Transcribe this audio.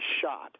shot